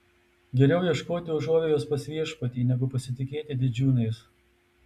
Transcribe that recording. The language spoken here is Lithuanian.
geriau ieškoti užuovėjos pas viešpatį negu pasitikėti didžiūnais